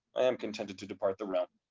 i am contented to depart the realm.